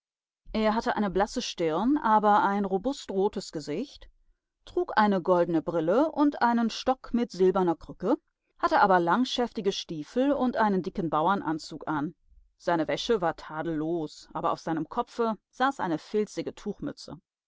er hatte eine blasse stirn aber ein robust rotes gesicht trug eine goldene brille und einen stock mit silberner krücke hatte aber langschäftige stiefel und einen dicken bauernanzug an seine wäsche war tadellos aber auf seinem kopfe saß eine filzige tuchmütze